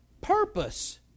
purpose